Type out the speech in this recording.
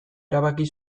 erabaki